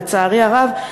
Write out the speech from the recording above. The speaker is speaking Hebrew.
לצערי הרב,